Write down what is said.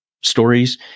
stories